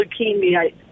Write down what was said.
leukemia